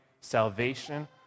salvation